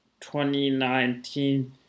2019